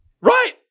Right